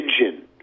engine